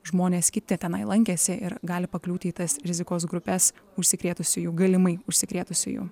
žmonės kiti tenai lankėsi ir gali pakliūti į tas rizikos grupes užsikrėtusiųjų galimai užsikrėtusiųjų